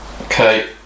Okay